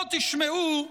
בואו תשמעו מה,